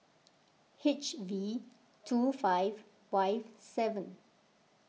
H V two five Y seven